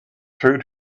through